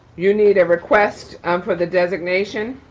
you need a request um for the designation.